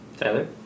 Tyler